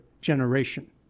generation